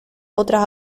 otras